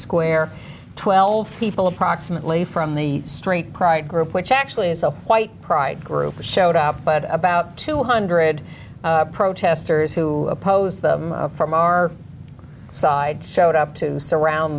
square twelve people approximately from the straight pride group which actually is a white pride group showed up but about two hundred protesters who opposed them from our side showed up to surround